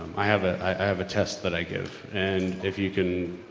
i have a, i have a test that i give and if you can.